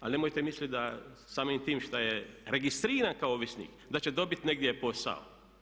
Ali nemojte mislit da samim tim šta je registriran kao ovisnik da će dobit negdje posao.